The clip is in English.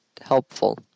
helpful